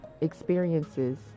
experiences